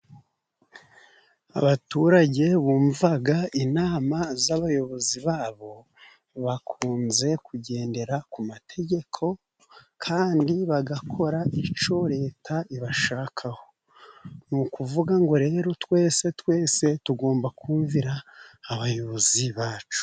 Abaturage bumva inama z' abayobozi babo, bakunze kugendera ku mategeko, kandi bagakora icyo leta ibashakaho, ni ukuvuga ko rero twese twese tugomba kumvira abayobozi bacu.